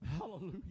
Hallelujah